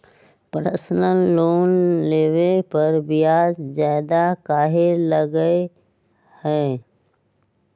Personal loan लेबे पर ब्याज ज्यादा काहे लागईत है?